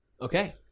Okay